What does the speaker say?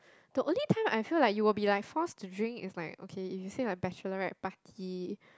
the only time I feel like you will be like force to drink is like okay if you say like bachelorette party